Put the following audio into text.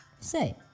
Say